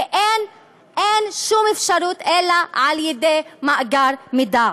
ואין שום אפשרות אלא על-ידי מאגר מידע.